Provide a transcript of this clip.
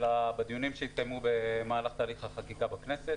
אלא בדיונים שהתקיימו במהלך תהליך החקיקה בכנסת